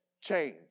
Change